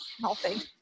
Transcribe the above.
healthy